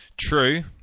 True